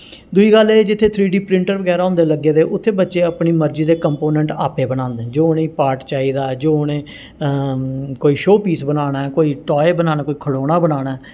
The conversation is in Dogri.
दुई गल्ल एह् ऐ जित्थें थ्री डी प्रिंटर बगैरा होंदे लग्गे दे उत्थें बच्चे अपनी मर्जी दे कंपोनैंट आपे बनांदे न जो उ'नेंगी पार्ट चाहिदा जो उ'नेंई कोई शो पीस बनाना ऐ कोई टाय बनाना कोई खड़ौना बनाना ऐ